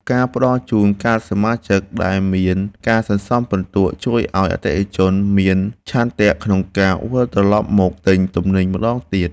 ការផ្ដល់ជូនកាតសមាជិកដែលមានការសន្សំពិន្ទុជួយឱ្យអតិថិជនមានឆន្ទៈក្នុងការវិលត្រឡប់មកទិញទំនិញម្តងទៀត។